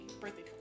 Birthday